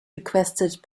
requested